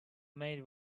made